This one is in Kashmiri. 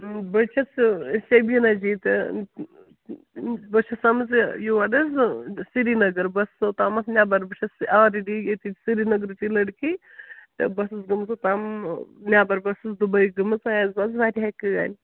بہٕ چھَس شبیٖنا جی تہٕ بہٕ چھَس آمٕژ یور حظ سرینَگر بہٕ ٲسٕس اوٚتامَتھ نٮ۪بَر بہٕ چھَس آلریڈی ییٚتی سرینَگرٕچی لڑکی تہٕ بہٕ ٲسٕس گٔمٕژ اوٚتام نٮ۪بَر بہٕ ٲسٕس دُبے گٔمٕژ وۄنۍ آیَس بہٕ حظ واریاہ کٲلۍ